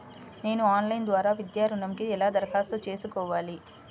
నేను ఆన్లైన్ ద్వారా విద్యా ఋణంకి ఎలా దరఖాస్తు చేసుకోవాలి?